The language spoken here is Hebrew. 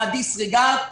עם ה-disregard,